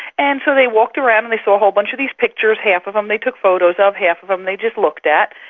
and so they walked around and they saw a whole bunch of these pictures, half of them they took photos of, half of them they just looked at.